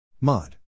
Mod